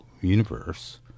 universe